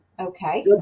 Okay